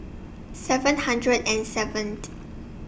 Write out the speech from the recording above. seven hundred and seven